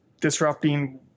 disrupting